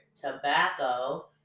tobacco